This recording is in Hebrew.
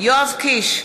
יואב קיש,